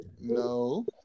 No